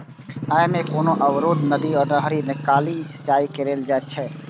अय मे कोनो अवरुद्ध नदी सं नहरि निकालि सिंचाइ कैल जाइ छै